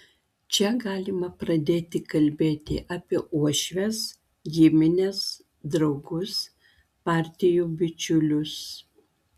čia galima pradėti kalbėti apie uošves gimines draugus partijų bičiulius